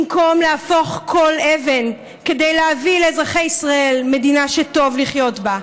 במקום להפוך כל אבן כדי להביא לאזרחי ישראל מדינה שטוב לחיות בה,